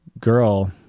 girl